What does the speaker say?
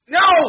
no